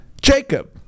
Jacob